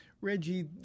Reggie